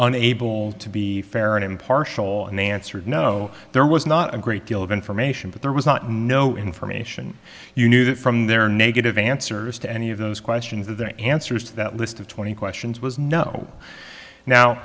unable to be fair and impartial and they answered no there was not a great deal of information but there was not no information you knew that from their negative answers to any of those questions than answers to that list of twenty questions was no now